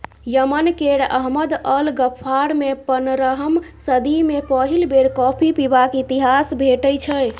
Yemen केर Ahmed al गफ्फारमे पनरहम सदी मे पहिल बेर कॉफी पीबाक इतिहास भेटै छै